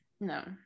No